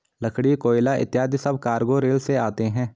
लकड़ी, कोयला इत्यादि सब कार्गो रेल से आते हैं